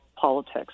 politics